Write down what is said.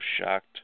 shocked